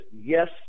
Yes